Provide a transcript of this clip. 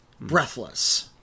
Breathless